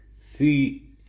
See